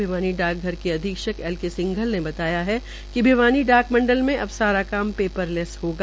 भिवानी डाकघर के अधीक्षक एल के सिंघल ने बताया कि भिवानी डाकमंडल में अब सारा काम पेपरलैस होगा